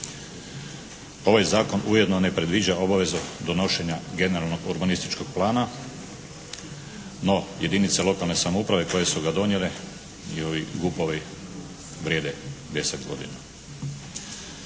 Ovaj zakon ujedno ne predviđa obavezu donošenja Generalnog urbanističkog plana no jedinice lokalne samouprave koje su ga donijele i ovi GUP-ovi vrijede 10 godina.